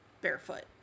barefoot